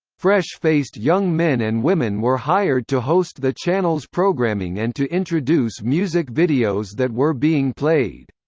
fresh-faced young men and women were hired to host the channel's programming and to introduce music videos that were being played.